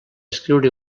escriure